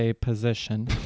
position